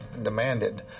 demanded